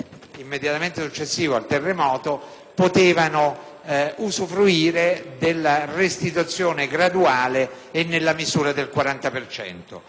immediatamente successivo al terremoto potevano usufruire della restituzione graduale nella misura del 40